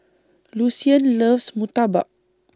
Lucien loves Murtabak